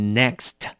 next 。